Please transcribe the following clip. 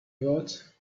about